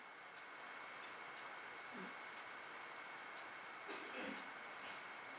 mm